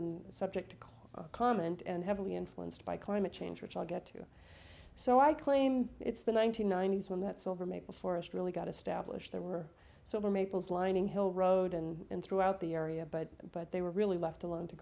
and subject to clear comment and heavily influenced by climate change which i'll get to so i claimed it's the one nine hundred ninety s when that silver maple forest really got established there were sober maples lining hill road and throughout the area but but they were really left alone to